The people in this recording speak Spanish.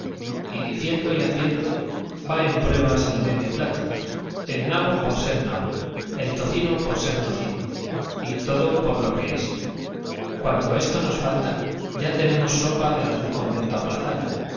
y diciendo y haciendo va en pruebas el medio plato el nabo por ser nabo el tocino por ser tocino y todo por lo que es cuando esto nos falta ya tenemos sopa de algún convento aplazada